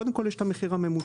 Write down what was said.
קודם כל יש את המחיר הממוצע.